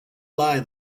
lie